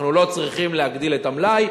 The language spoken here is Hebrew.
אנחנו לא צריכים להגדיל את המלאי,